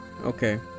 Okay